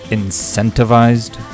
incentivized